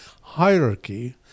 hierarchy